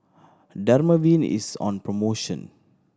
Dermaveen is on promotion